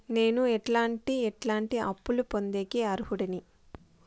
నేను ఎట్లాంటి ఎట్లాంటి అప్పులు పొందేకి అర్హుడిని?